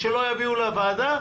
שלא יביאו לוועדה,